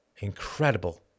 incredible